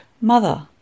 Mother